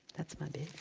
that's my bit.